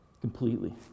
Completely